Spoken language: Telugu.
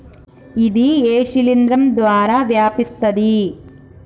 ఇది ఏ శిలింద్రం ద్వారా వ్యాపిస్తది?